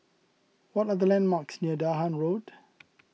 what are the landmarks near Dahan Road